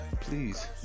please